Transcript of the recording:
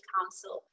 Council